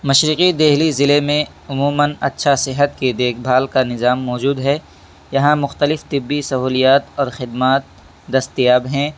مشرقی دہلی ضلع میں عموماََ اچھا صحت کی دیکھ بھال کا نظام موجود ہے یہاں مختلف طبعی سہولیات اور خدمات دستیاب ہیں